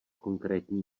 konkrétní